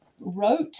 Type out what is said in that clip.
wrote